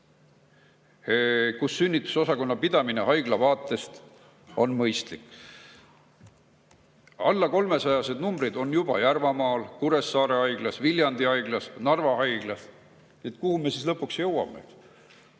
kus sünnitusosakonna pidamine haigla vaatest on mõistlik. Vähem kui 300 on juba Järvamaal, Kuressaare Haiglas, Viljandi Haiglas, Narva Haiglas. Kuhu me siis lõpuks jõuame?